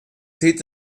zählt